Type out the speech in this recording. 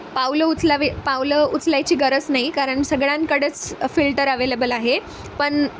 पाऊलं उचलावे पाऊलं उचलायची गरज नाही कारण सगळ्यांकडेच फिल्टर अवेलेबल आहे पण